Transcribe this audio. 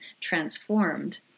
transformed